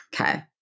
Okay